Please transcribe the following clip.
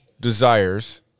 desires